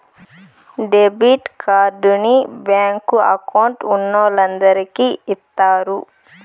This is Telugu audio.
డెబిట్ కార్డుని బ్యాంకు అకౌంట్ ఉన్నోలందరికి ఇత్తారు